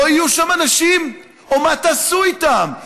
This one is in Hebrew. לא יהיו שם אנשים, או מה תעשו איתם?